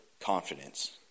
confidence